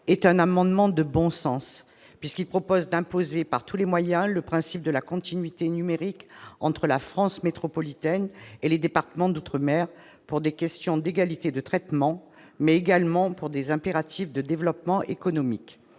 l'extérieur, est de bon sens, puisqu'il prévoit d'imposer par tous les moyens le principe de la continuité numérique entre la France métropolitaine et les départements d'outre-mer, non seulement pour des questions d'égalité de traitement, mais également pour des impératifs de développement économique.